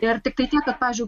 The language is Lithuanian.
ir tiktai tiek kad pavyzdžiui